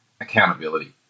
accountability